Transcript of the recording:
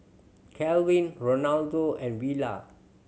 Kalvin Rolando and Villa